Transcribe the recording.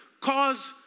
cause